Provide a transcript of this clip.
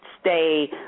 stay